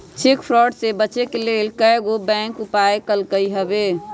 cheque fraud से बचे के लेल बैंकों कयगो उपाय कलकइ हबे